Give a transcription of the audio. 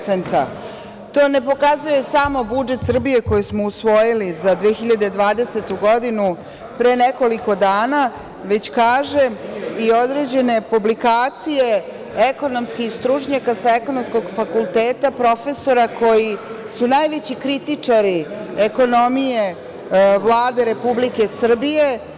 To ne pokazuje samo budžet Srbije koji smo usvojili za 2020. godinu pre nekoliko dana, već kažem i određene publikacije ekonomskih stručnjaka sa ekonomskog fakulteta, profesora koji su najveći kritičari ekonomije Vlade Republike Srbije.